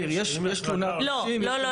ויש --- אני אומר,